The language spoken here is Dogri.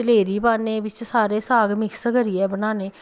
चलेरी पान्ने बिच सारे साग मिक्स करियै बनाने